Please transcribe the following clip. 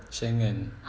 schengen